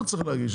לא צריך להגיש,